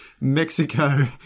Mexico